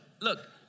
look